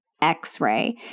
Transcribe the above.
x-ray